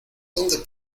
dónde